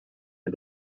est